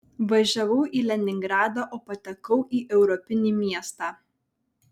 važiavau į leningradą o patekau į europinį miestą